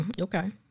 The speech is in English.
Okay